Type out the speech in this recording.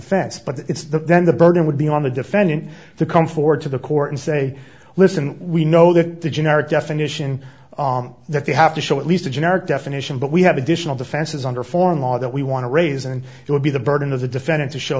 defense but it's that then the burden would be on the defendant to come forward to the court and say listen we know that the generic definition that they have to show at least a generic definition but we have additional defenses under foreign law that we want to raise and it would be the burden of the defendant to show